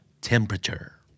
temperature